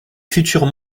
futurs